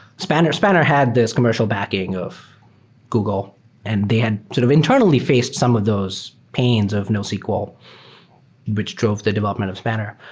spanner spanner had this commercial backing of google and they had sort of internally faced some of those pains of nosql which drove the development of spanner.